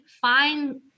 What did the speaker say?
find